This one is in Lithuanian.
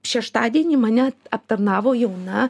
šeštadienį mane aptarnavo jauna